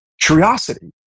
curiosity